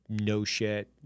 no-shit